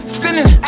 sinning